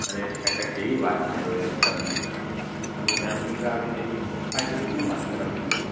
અરે કાકા કેવી વાત કરો યાર તમે અગર દારૂ પીવા આવીએ તો અહીંયા પપ્પા જોડે કોણ વાત કરાવતું હોય